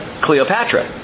Cleopatra